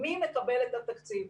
מי מקבל את התקציב?